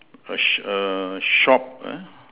a sh~ err shop uh